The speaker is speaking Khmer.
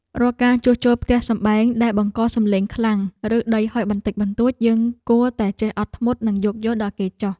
រាល់ការជួសជុលផ្ទះសម្បែងដែលបង្កសំឡេងខ្លាំងឬដីហុយបន្តិចបន្តួចយើងគួរតែចេះអត់ធ្មត់និងយោគយល់ដល់គេចុះ។